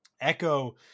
Echo